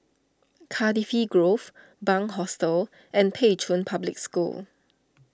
Cardifi Grove Bunc Hostel and Pei Chun Public School